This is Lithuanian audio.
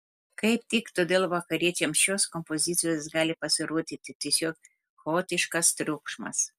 kaip tik todėl vakariečiams šios kompozicijos gali pasirodyti tiesiog chaotiškas triukšmas